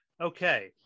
Okay